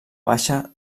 baixa